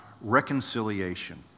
reconciliation